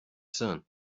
sun